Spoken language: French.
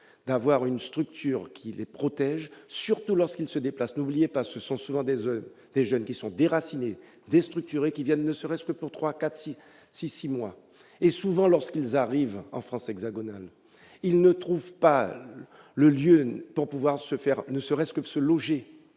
d'avoir une structure qui les protège, surtout lorsqu'il se déplace, n'oubliez pas, ce sont souvent des heures, des jeunes qui sont déracinés déstructurés qui viennent, ne serait-ce que pour 3 4 6 6 6 mois et souvent lorsqu'ils arrivent en France hexagonale, il ne trouve pas le lieu pour pouvoir se faire, ne serait-ce que se loger,